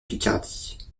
picardie